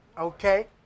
Okay